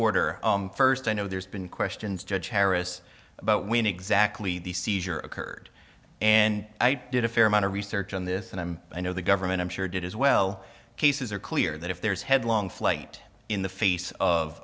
order first i know there's been questions judge harris about when exactly the seizure occurred and i did a fair amount of research on this and i'm you know the government i'm sure did as well cases are clear that if there's headlong flight in the face of